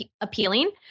appealing